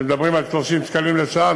כשמדברים על 30 שקלים לשעה.